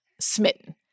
Smitten